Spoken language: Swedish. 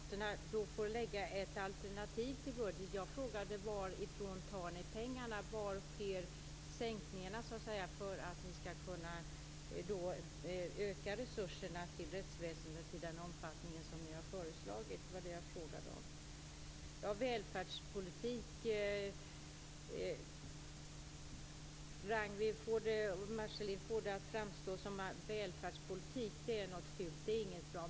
Fru talman! Det är riktigt att Kristdemokraterna får lägga fram ett alternativ till budget, men jag frågade varifrån ni tar pengarna och var sänkningarna sker för att ni skall kunna öka resurserna till rättsväsendet i den omfattning som ni har föreslagit. Ragnwi Marcelind får det att framstå som att välfärdspolitik är något fult och inte något bra.